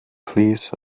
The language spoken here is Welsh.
plîs